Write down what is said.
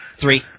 Three